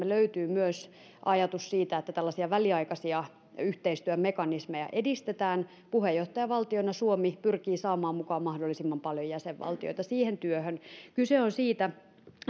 löytyy myös ajatus siitä että tällaisia väliaikaisia yhteistyömekanismeja edistetään puheenjohtajavaltiona suomi pyrkii saamaan mukaan mahdollisimman paljon jäsenvaltioita siihen työhön kyse on siitä